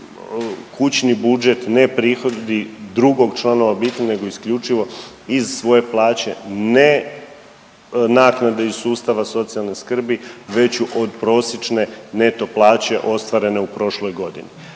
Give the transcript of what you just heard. kućni budžet, ne prihodi drugog članova obitelji nego isključivo iz svoje plaće, ne naknade iz sustava socijalne skrbi veću od prosječne neto plaće ostvarene u prošloj godini.